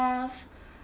have